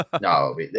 No